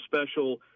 special